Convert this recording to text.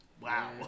Wow